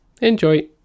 Enjoy